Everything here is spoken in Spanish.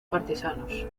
partisanos